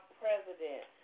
president